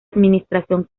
administración